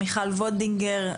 מיכל וולדיגר,